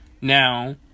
now